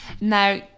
Now